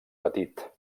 petit